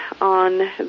on